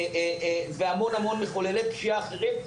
סליחה על הביטוי, והמון המון מחוללי פשיעה אחרים.